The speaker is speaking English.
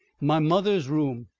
my mother's room,